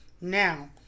Now